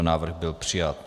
Návrh byl přijat.